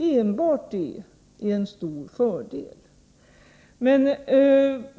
Enbart det är en stor fördel.